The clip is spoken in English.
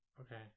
Okay